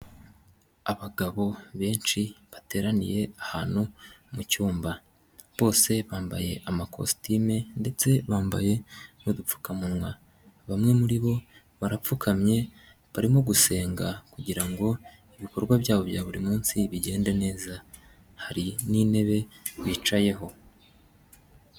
Abagabo benshi bateraniye ahantu mucyumba. Bose bambaye amakositimu ndetse bambaye'udupfukamunwa bamwe muri bo barapfukamye, barimo gusenga kugirango ibikorwa byabo bya buri munsi bigende neza, hari n'intebe bicayeho.